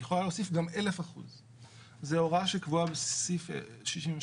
היא יכולה להוסיף גם 1,000%. זו הוראה שקבועה בסעיף 62א(2).